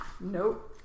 Nope